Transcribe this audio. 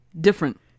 Different